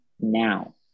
now